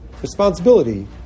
responsibility